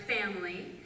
family